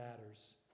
matters